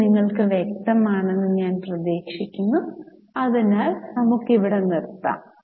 ഇത് നിങ്ങൾക്ക് വ്യക്തമാണെന്ന് ഞാൻ പ്രതീക്ഷിക്കുന്നു അതിനാൽ ഞങ്ങൾ ഇവിടെ നിർത്തുന്നു